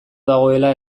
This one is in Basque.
dagoela